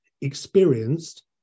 experienced